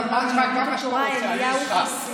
חבר הכנסת משה אבוטבול,